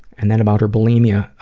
and then about her bulimia.